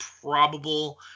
probable